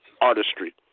artistry